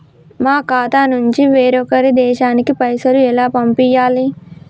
మా ఖాతా నుంచి వేరొక దేశానికి పైసలు ఎలా పంపియ్యాలి?